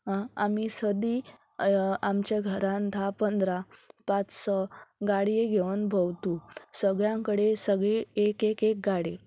आं आमी सदी आमच्या घरान धा पंदरा पांच स गाडये घेवन भोंवतू सगळ्यां कडेन सगळी एक एक एक गाडी